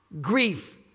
grief